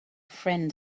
friend